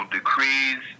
decrees